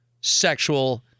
sexual